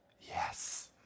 Yes